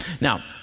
Now